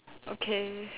okay